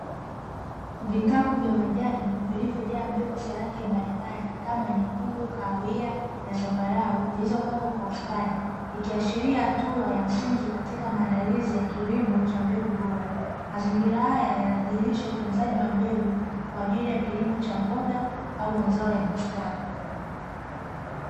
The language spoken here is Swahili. Vikapu ya majani vilivyojaa mbegu za rangi mbalimbali kama nyekundu, kahawia na zambarau zilizopangwa kwa ustadi, Ikiashiria hatua ya msingi katika maandazilizi ya kilimo cha mbegu bora. Mazingira haya yanadhihirisha utunzaji wa mbegu kwa ajili ya kilimo cha mboga au mazao ya bustani.